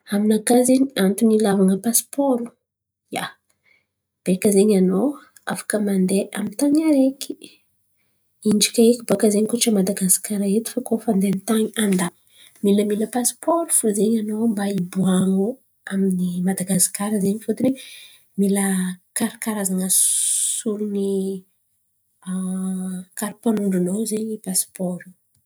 Aminakà zen̈y antony hilavan̈a paisipaoro. Ia, baika zen̈y anô afaka mandeha amy tany araiky intsaka eky baka zen̈y. Koa tsy a Madagasikara eto koa fa andeha amin’ny tany andafy; mila mila pasoara fo zen̈y anô mba hiboanô amin’ny Madagasikara zen̈y. Fôtiny mila karakarazan̈a solon’ny karapanondro-nô zen̈y pasipaoro.